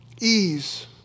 ease